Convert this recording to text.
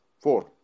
Four